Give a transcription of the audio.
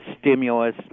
stimulus